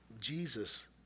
Jesus